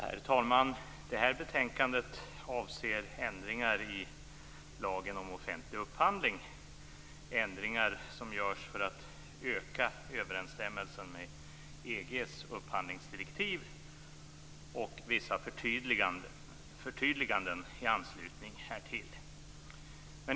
Herr talman! Det här betänkandet avser ändringar i lagen om offentlig upphandling. Det är ändringar som görs för att öka överensstämmelsen med EG:s upphandlingsdirektiv och vissa förtydliganden i anslutning härtill.